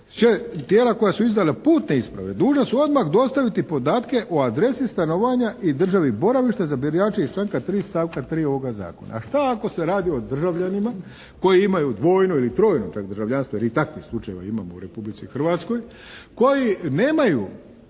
tijela koja su izdala putne isprave dužna su odmah dostaviti podatke o adresi stanovanja i državi boravišta za birače iz članka 3. stavka 3. ovoga Zakona. A šta ako se radi o državljanima koji dvojno ili trojno čak državljanstvo jer i takvih slučajeva imamo u Republici Hrvatskoj koji nemaju